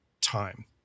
time